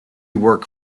work